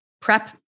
prep